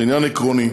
זה עניין עקרוני,